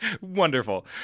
Wonderful